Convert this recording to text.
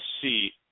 see